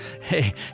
Hey